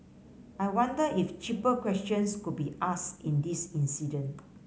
I wonder if cheaper questions could be ask in this incident